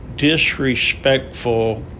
disrespectful